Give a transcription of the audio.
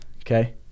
okay